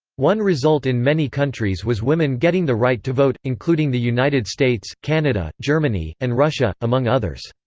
one result in many countries was women getting the right to vote, including the united states, canada, germany, and russia, among others.